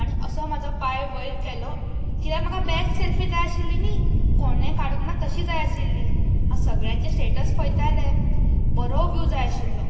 आनी असो म्हजो पांय वयर केलो किऱ्याक म्हाका बॅस्ट सॅल्फी जाय आशिल्ली न्हय कोणें काडूंक ना तशी जाय आसिल्ली हांव सगळ्यांचे स्टेटस पयतालें बरो व्यू जाय आशिल्लो